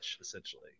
essentially